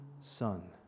son